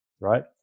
Right